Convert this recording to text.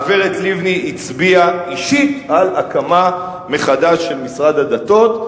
הגברת לבני הצביעה אישית על הקמה מחדש של משרד הדתות,